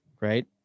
right